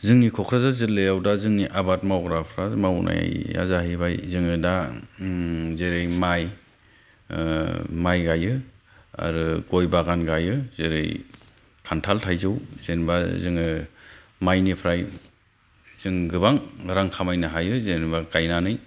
जोंन क'क्राझार जिल्लायाव दा जोंनि आबाद मावग्राफ्रा मावनाया जाहैबाय जोङो दा आह जेरै माइ आह माइ गायो आरो गय बागान गायो जेरै खान्थाल थाइजौ जेनेबा जोङो माइनिफ्राय जों गोबां खामायनो हायो जेनेबा गायनानै